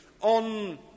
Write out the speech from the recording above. on